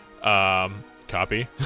Copy